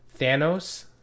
Thanos